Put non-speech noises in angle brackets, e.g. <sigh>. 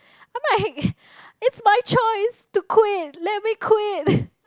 I mean like <breath> it's my choice to quit let me quit